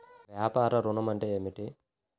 వ్యాపార ఋణం అంటే ఏమిటి?